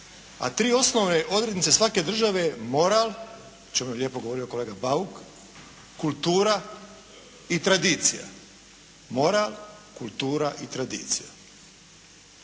A tri osnovne odrednice svake države moral, o čemu je lijepo govorio kolega Bauk, kultura i tradicija. Moral, kultura i tradicija.